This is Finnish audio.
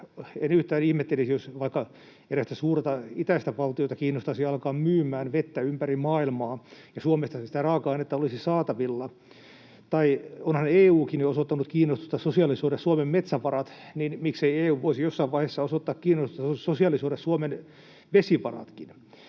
En yhtään ihmettelisi, jos vaikka erästä suurta itäistä valtiota kiinnostaisi alkaa myymään vettä ympäri maailmaa, ja Suomessa sitä raaka-ainetta olisi saatavilla. Tai onhan EU:kin jo osoittanut kiinnostusta sosialisoida Suomen metsävarat, niin miksei EU voisi jossain vaiheessa osoittaa kiinnostusta sosialisoida Suomen vesivaratkin?